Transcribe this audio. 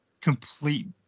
complete